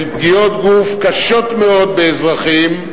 של פגיעות גוף קשות מאוד באזרחים,